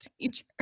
teacher